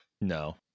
No